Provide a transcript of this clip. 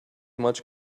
much